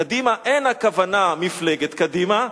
"קדימה" אין הכוונה למפלגת קדימה,